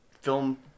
film